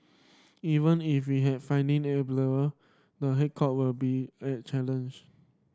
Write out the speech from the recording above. even if we had funding the headcount will be a challenge